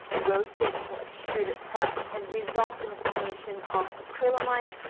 roasted or extruded products and results in the formation of acrylamide,